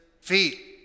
feet